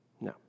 No